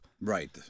right